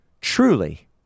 Truly